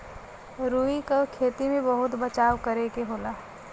रुई क खेती में बहुत बचाव करे के होला